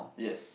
yes